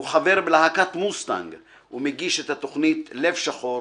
הוא חבר בלהקת מוסטנג ומגיש את התוכנית "לב שחור",